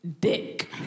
dick